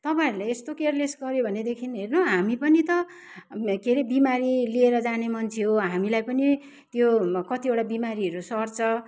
तपाईँहरूले यस्तो केयरलेस गऱ्यो भनेदेखि हेर्नु हामी पनि त के अरे बिमारी लिएर जाने मान्छे हो हामीलाई पनि त्यो कतिवटा बिमारीहरू सर्छ